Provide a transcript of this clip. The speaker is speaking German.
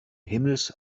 himmels